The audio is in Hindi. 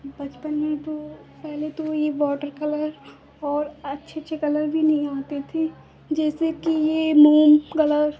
बचपन में तो पहले तो यह वॉटर कलर और अच्छे अच्छे कलर भी नहीं आते थे जैसे कि यह मोम कलर